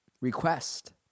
request